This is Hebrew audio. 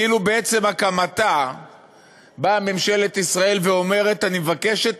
כאילו בעצם הקמתה באה ממשלת ישראל ואומרת: אני מבקשת,